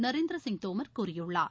நரேந்திர சிங் தோமர் கூறியுள்ளார்